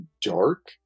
dark